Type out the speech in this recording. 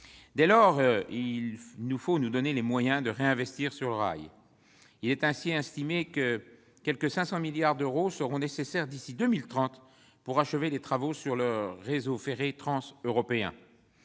Dès lors, il nous faut nous donner les moyens de réinvestir dans le rail. Il est ainsi estimé que quelque 500 milliards d'euros seront nécessaires d'ici à 2030 pour achever les travaux sur les réseaux ferrés transeuropéens.